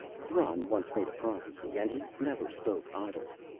thran once made a prophecy, and he never spoke idly.